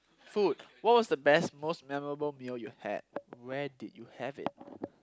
food what was the best most memorable meal you've had where did you have it